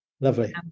Lovely